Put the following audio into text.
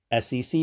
SEC